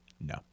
No